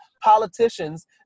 politicians